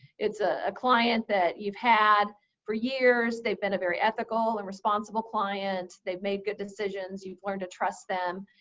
it's ah a client that you've had for years. they've been a very ethical and responsible client. they've made good decisions. you've learned to trust them.